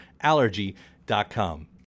Allergy.com